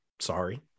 sorry